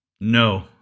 No